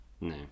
no